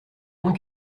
moins